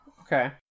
Okay